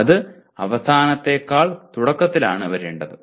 അത് അവസാനത്തേക്കാൾ തുടക്കത്തിലാണ് വരേണ്ടത്